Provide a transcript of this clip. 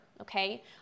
okay